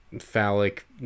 phallic